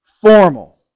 formal